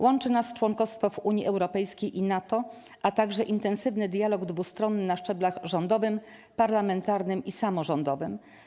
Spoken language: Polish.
Łączy nas członkostwo w Unii Europejskiej i NATO, a także intensywny dialog dwustronny na szczeblach rządowym, parlamentarnym i samorządowym.